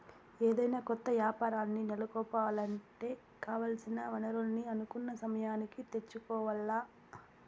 ఏదైనా కొత్త యాపారాల్ని నెలకొలపాలంటే కావాల్సిన వనరుల్ని అనుకున్న సమయానికి తెచ్చుకోవాల్ల